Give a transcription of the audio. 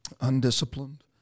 undisciplined